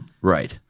Right